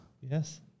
Yes